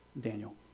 Daniel